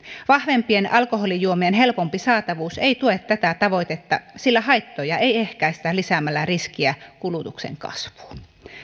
vahvempien alkoholijuomien helpompi saatavuus ei tue tätä tavoitetta sillä haittoja ei ehkäistä lisäämällä riskiä kulutuksen kasvuun